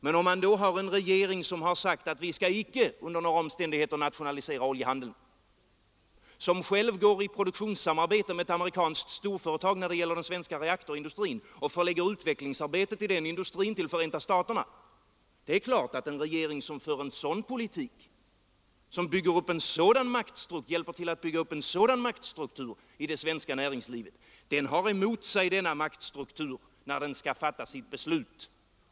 Men om vi då har en regering som sagt att vi inte under några omständigheter skall nationalisera oljehandeln och som etablerar produktionssamarbete med ett amerikanskt storföretag när det gäller den svenska reaktorindustrin samt förlägger utvecklingsarbetet i den industrin till Förenta staterna — då är det väl klart att en regering som för en sådan politik och hjälper till att bygga upp en sådan maktstruktur i det svenska näringslivet har denna maktstruktur emot sig när den skall fatta sitt belut.